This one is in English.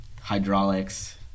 hydraulics